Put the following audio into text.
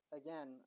again